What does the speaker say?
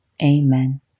Amen